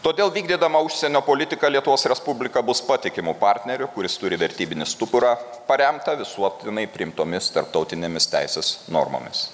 todėl vykdydama užsienio politiką lietuvos respublika bus patikimu partneriu kuris turi vertybinį stuburą paremtą visuotinai priimtomis tarptautinėmis teisės normomis